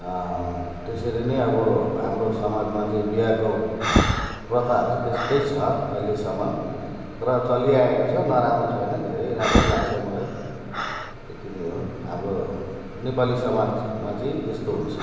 त्यसरी नै अब हाम्रो समाजमा चाहिँ बिहाको प्रथाहरू चाहिँ त्यस्तै छ अहिलेसम्म र चलिआएको छ नराम्रो छैन धेरै राम्रै लाग्छ मलाई त्यति नै हो हाम्रो नेपाली समाजमा चाहिँ यस्तो हुन्छ